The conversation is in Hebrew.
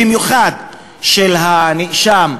במיוחד של הנאשם,